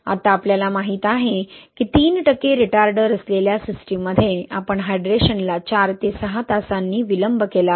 आता आपल्याला माहित आहे की 3 टक्के रिटार्डर असलेल्या सिस्टममध्ये आपण हायड्रेशनला 4 ते 6 तासांनी विलंब केला आहे